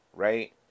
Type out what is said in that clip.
right